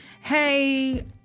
hey